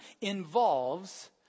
involves